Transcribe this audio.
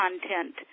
content